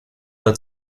that